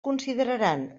consideraran